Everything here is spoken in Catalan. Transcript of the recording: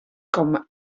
com